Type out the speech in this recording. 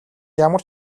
ямар